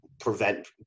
prevent